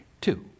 Two